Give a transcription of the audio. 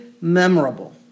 memorable